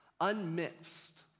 unmixed